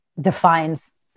defines